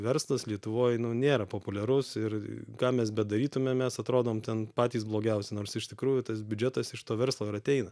verslas lietuvoj nėra populiarus ir ką mes bedarytumėm mes atrodom ten patys blogiausi nors iš tikrųjų tas biudžetas iš to verslo ir ateina